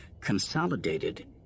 consolidated